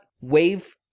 wave